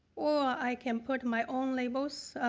or i can put my own labels,